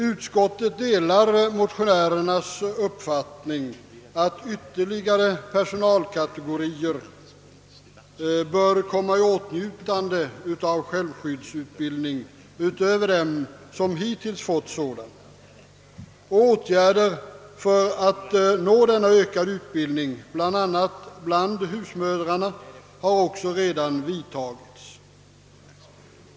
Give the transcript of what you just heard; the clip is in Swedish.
Utskottet delar motionärernas uppfattning, att ytterligare personalkategorier bör komma i åtnjutande av utbildning i självskydd utöver dem, som hittills fått sådan utbildning. Åtgärder för en sådan ökad utbildning, bl.a. omfattande husmödrarna, har också redan vidtagits.